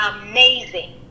Amazing